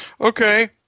Okay